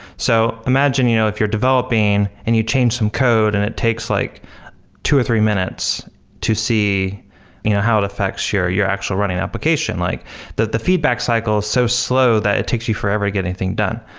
so imagine, you know if you're developing and you change some code and it takes like two or three minutes to see you know how it affects your your actual running application, like the feedback cycle is so slow that it takes you forever to get anything done.